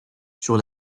sur